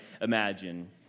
imagine